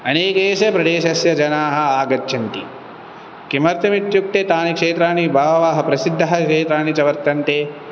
अनेकेशः प्रदेशस्य जनाः आगच्छन्ति किमर्तमित्युक्ते तानि क्षेत्रानि बहवः प्रसिद्धः क्षेत्रानि च वर्तन्ते